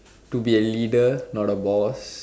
to be a leader not a boss